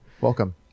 Welcome